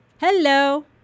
Hello